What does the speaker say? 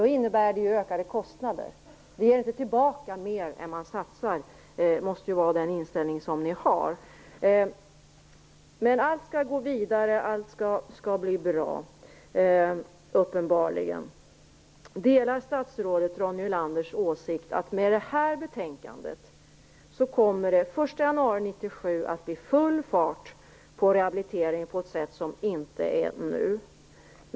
Det innebär ju i så fall ökade kostnader; det ger inte tillbaka mer än man satsar. Det måste ju vara den inställning som ni har. Men allt skall gå vidare, och allt skall uppenbarligen bli bra. Delar statsrådet Ronny Olanders åsikt att med det här betänkandet kommer det att bli full fart på rehabiliteringen den 1 januari 1997, på ett sätt som det inte är nu?